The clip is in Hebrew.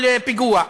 פיגוע.